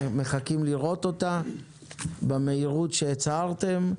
מחכים לראות אותה במהירות שעליה הצהרתם,